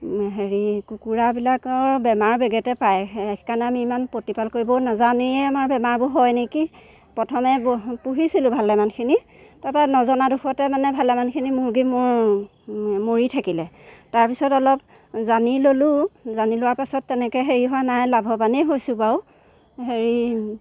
হেৰি কুকুৰাবিলাকৰ বেমাৰ বেগেতে পায় সেইকাৰণে আমি ইমান প্ৰতিপাল কৰিব নাজানিয়ে আমাৰ বেমাৰবোৰ হয় নেকি পথমে প পোহিছিলো ভালেমানখিনি তাৰপা নজনা দুখতে মানে ভালেমানখিনি মুৰ্গী মোৰ মৰি থাকিলে তাৰপিছত অলপ জানি ল'লো জানি লোৱাৰ পাছত তেনেকৈ হেৰি হোৱা নাই লাভৱানেই হৈছো বাৰু হেৰি